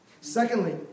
Secondly